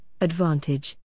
advantage